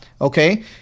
Okay